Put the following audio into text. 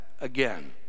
again